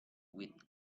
with